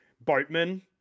boatmen